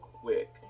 quick